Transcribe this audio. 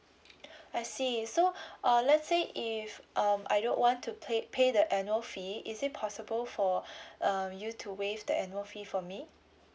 I see so err let's say if um I don't want to play pay the annual fee is it possible for um you to waive the annual fee for me